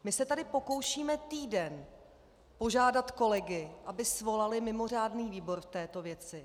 My se tady pokoušíme týden požádat kolegy, aby svolali mimořádný výbor v této věci.